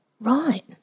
Right